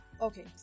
Okay